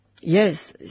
Yes